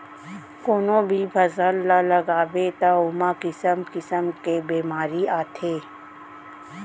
कोनो भी फसल ल लगाबे त ओमा किसम किसम के बेमारी आथे